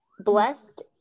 Blessed